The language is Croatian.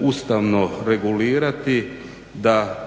ustavno regulirati da